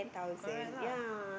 correct lah